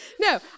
No